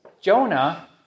Jonah